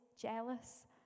jealous